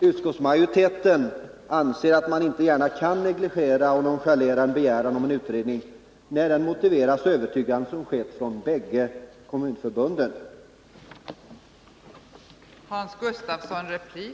Utskottsmajoriteten anser att man inte gärna kan negligera och nonchalera en begäran om utredning, när den motiverats så övertygande som de båda kommunförbunden gjort.